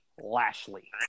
Lashley